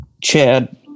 Chad